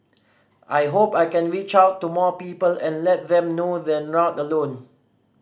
I hope I can reach out to more people and let them know they're not alone